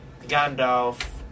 Gandalf